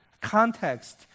context